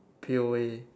P_O_A